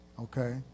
Okay